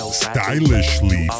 stylishly